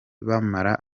bamara